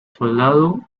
soldado